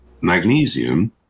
magnesium